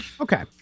Okay